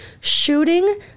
shooting